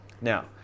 now